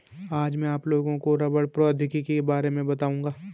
आज मैं आप लोगों को रबड़ प्रौद्योगिकी के बारे में बताउंगा